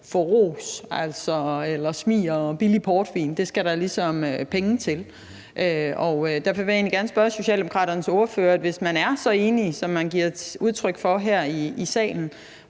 for ros, smiger og billig portvin. Det skal der ligesom penge til. Og derfor vil jeg gerne stille Socialdemokraternes ordfører spørgsmålet: Hvis man er så enig, som man giver udtryk for her i salen,